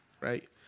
right